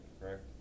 correct